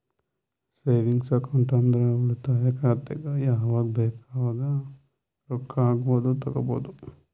savings account ಅಂದುರ್ ಉಳಿತಾಯ ಖಾತೆದಾಗ್ ಯಾವಗ್ ಬೇಕ್ ಅವಾಗ್ ರೊಕ್ಕಾ ಹಾಕ್ಬೋದು ತೆಕ್ಕೊಬೋದು